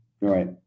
Right